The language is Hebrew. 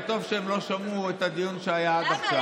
וטוב שהם לא שמעו את הדיון שהיה עכשיו.